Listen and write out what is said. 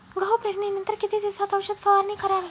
गहू पेरणीनंतर किती दिवसात औषध फवारणी करावी?